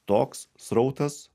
toks srautas